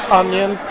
onion